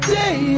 day